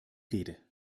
rede